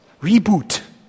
Reboot